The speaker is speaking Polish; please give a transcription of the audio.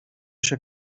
się